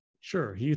Sure